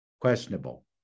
questionable